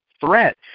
Threat